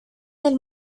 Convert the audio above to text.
del